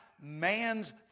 man's